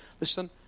Listen